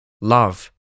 love